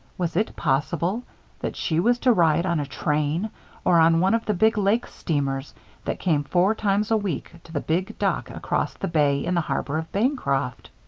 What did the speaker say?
was it possible that she was to ride on a train or on one of the big lake steamers that came four times a week to the big dock across the bay in the harbor of bancroft?